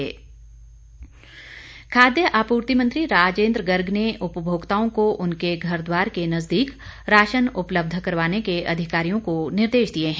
राजेन्द्र गर्ग खाद्य आपूर्ति मंत्री राजेन्द्र गर्ग ने उपभोक्ताओं को उनके घर द्वार के नज़दीक राशन उपलब्ध करवाने के अधिकारियों को निर्देश दिए हैं